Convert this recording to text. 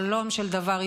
חלום של דבר.